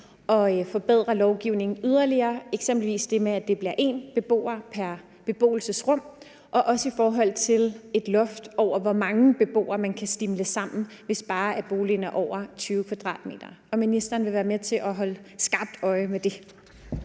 at forbedre lovgivningen yderligere, eksempelvis det med, at det bliver én beboer pr. beboelsesrum, og også i forhold til et loft over, hvor mange beboere man kan stuve sammen, hvis bare boligen er over 20 m², og om ministeren vil være med til at holde skarpt øje med det.